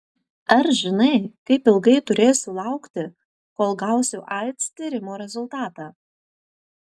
ar žinai kaip ilgai turėsiu laukti kol gausiu aids tyrimo rezultatą